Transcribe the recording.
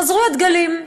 חזרו הדגלים.